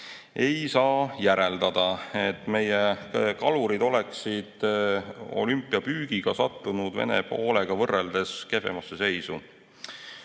ei saa järeldada, et meie kalurid oleksid olümpiapüügiga sattunud Vene poolega võrreldes kehvemasse seisu.